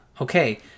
okay